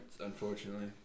Unfortunately